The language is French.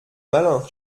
malin